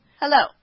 Hello